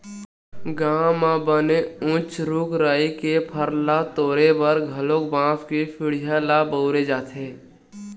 गाँव म बने उच्च रूख राई के फर ल तोरे बर घलोक बांस के सिड़िया ल बउरे जाथे